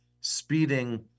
speeding